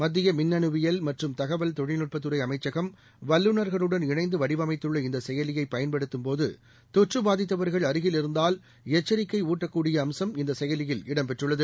மத்தியமின்னணுவியல்மற்றும்தகவல்தொழில்நுட்பத்துறைஅமைச்சகம் வல்லுநர்களுடன்இணைந்துவடிவமைத்துள்ளஇந்தசெயலியைப்பயன்படுத்தும் போதுதொற்றுபாதித்தவர்கள்அருகில்இருந்தால்எச்சரிக்கைஊட்டக்கூடியஅம்சம்இ ந்தசெயலியில்இடம்பெற்றுள்ளது